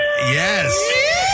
Yes